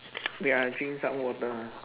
wait ah I drink some water ah